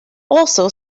also